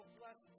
bless